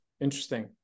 Interesting